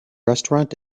restaurant